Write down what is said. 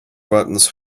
buttons